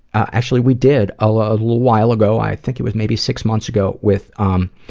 actually, we did, a little while ago, i think it was maybe six months ago, with um,